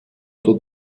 oder